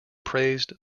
praised